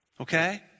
Okay